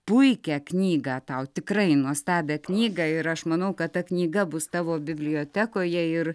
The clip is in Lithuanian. puikią knygą tau tikrai nuostabią knygą ir aš manau kad ta knyga bus tavo bibliotekoje ir